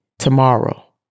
tomorrow